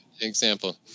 example